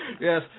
Yes